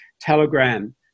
Telegram